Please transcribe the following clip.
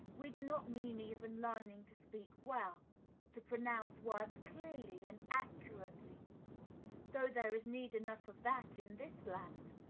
we do not mean even learning to speak well to pronounce words clearly and accurately though there is need enough of that in this land!